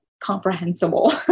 comprehensible